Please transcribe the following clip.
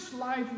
life